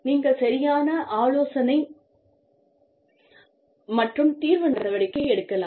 நீங்கள் சரியான ஆலோசனை மற்றும் தீர்வு நடவடிக்கை எடுக்கலாம்